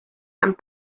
and